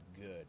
good